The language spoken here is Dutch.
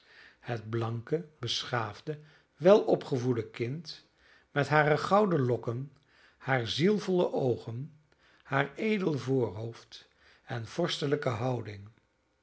het blanke beschaafde welopgevoede kind met hare gouden lokken haar zielvolle oogen haar edel voorhoofd en vorstelijke houding